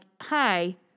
hi